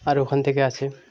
আর ওখান থেকে আছে